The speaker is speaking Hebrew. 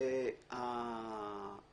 אדוני,